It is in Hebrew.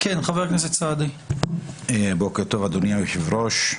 בוקר טוב אדוני היושב ראש,